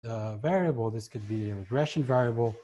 This could be a regression variable.